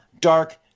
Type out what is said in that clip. dark